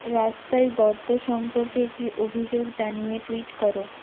রাস্তায় গর্ত সম্পর্কে একটি অভিযোগ জানিয়ে টুইট করো